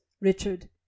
Richard